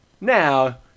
now